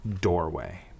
doorway